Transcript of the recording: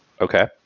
Okay